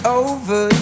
over